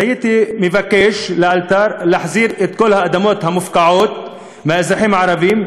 והייתי מבקש לאלתר להחזיר את כל האדמות המופקעות מהאזרחים הערבים,